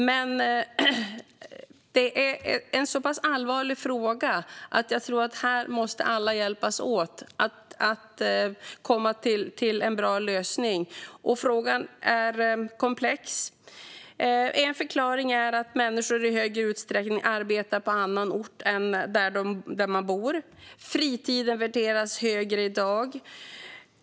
Men det är en så pass allvarlig fråga att jag tror att alla måste hjälpas åt att komma fram till en bra lösning. Frågan är komplex. En förklaring är att människor i högre utsträckning arbetar på en annan ort än den där de bor. En annan är att fritiden värderas högre i dag.